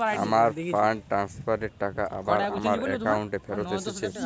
আমার fund transfer এর টাকা আবার আমার একাউন্টে ফেরত এসেছে